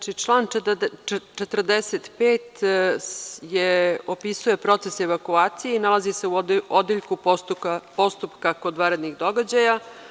Član 45. opisuje proces evakuacije i nalazi se u odeljku postupka kod vanrednih događaja.